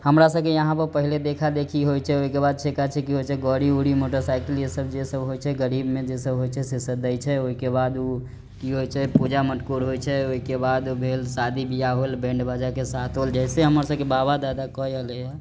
हमरासबके यहाँपऽ पहिले देखा देखी होइ छै ओइकेबाद छेका छुकी होइ छै गड़ी ऊरी मोटरसाइकिल येसब जेसब होइ छै गरीब मे जेसब होइ छै सेसब दै छै ओइकेबाद ऊ की होइ छै पूजा मटकोर होइ छै ओइकेबाद भेल शादी बियाह होल बैण्ड बाजा के साथ होएल जइसे हमरसबके बाबा दादा कऽ अलैय